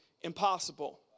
impossible